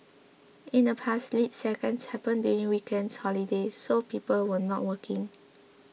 in the past leap seconds happened during weekends holidays so people were not working